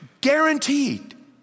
Guaranteed